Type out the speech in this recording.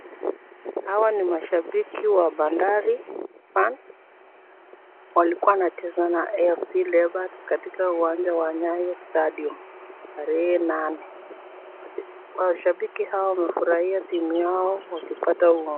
Hawa ni mashabiki wa Bandari Fans. Walikuwa wanacheza na FC Leopards katika uwanja wa Nyayo Stadium tarehe nane. Mashabiki hawa wamefurahia timu yao wakipata.